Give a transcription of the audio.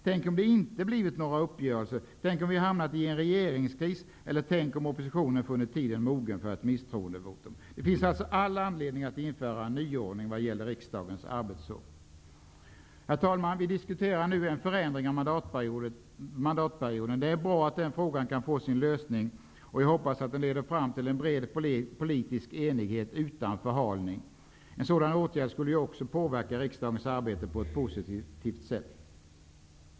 Tänk om det inte blivit några uppgörelser, tänk om vi hade hamnat i en regeringskris eller tänk om oppositionen funnit tiden mogen för ett misstroendevotum! Det finns alltså all anledning att införa en nyordning vad gäller riksdagens arbetsår. Herr talman! Vi diskuterar nu en förlängning av mandatperioden. Det är bra att den frågan kan få sin lösning, och jag hoppas att den leder fram till en bred politisk enighet utan förhalning. En sådan åtgärd skulle också påverka riksdagens arbete på ett positivt sätt.